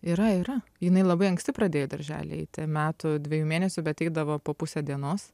yra yra jinai labai anksti pradėjo į darželį eiti metų dvejų mėnesių bet eidavo po pusę dienos